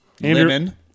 Lemon